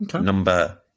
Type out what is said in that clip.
number